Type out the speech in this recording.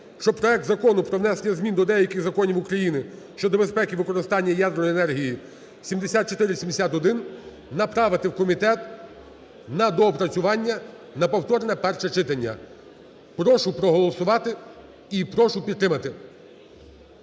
що проект Закону про внесення змін до деяких законів України щодо безпеки використання ядерної енергії (7471) направити в комітет на доопрацювання на повторне перше читання. Прошу проголосувати і прошу підтримати.